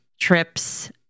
trips